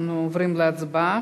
אנחנו עוברים להצבעה.